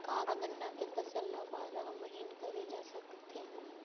का गन्ना के फसल ल बारह महीन करे जा सकथे?